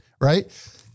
right